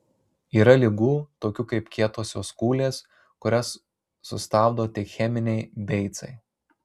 yra ligų tokių kaip kietosios kūlės kurias sustabdo tik cheminiai beicai